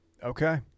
Okay